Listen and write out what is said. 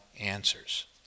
answers